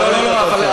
לא לא לא,